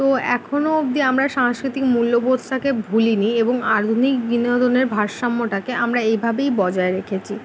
তো এখনো অবদি আমরা সাংস্কৃতিক মূল্যবোধটাকে ভুলি নি এবং আধুনিক বিনোদনের ভারসাম্যটাকে আমরা এইভাবেই বজায় রেখেছি